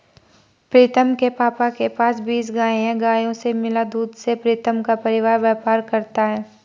प्रीतम के पापा के पास बीस गाय हैं गायों से मिला दूध से प्रीतम का परिवार व्यापार करता है